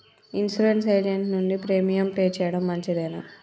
Insurance agent నుండి premium pay చేయడం మంచిదేనా?